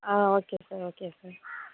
ah okay sir okay sir